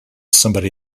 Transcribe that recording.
somebody